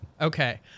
okay